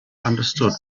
understood